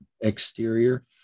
exterior